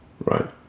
Right